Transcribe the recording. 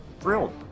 thrilled